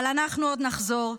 אבל אנחנו עוד נחזור.